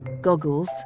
goggles